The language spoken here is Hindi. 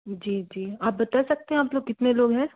जी जी आप बता सकते हैं आप लोग कितने लोग हैं